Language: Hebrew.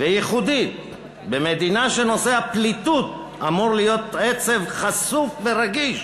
וייחודית במדינה שנושא הפליטות אמור להיות בה עצב חשוף ורגיש,